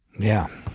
yeah.